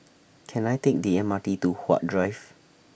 Can I Take The M R T to Huat Drive